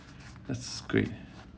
that's great